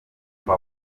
papa